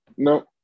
No